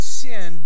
sin